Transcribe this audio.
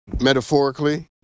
metaphorically